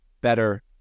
better